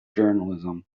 journalism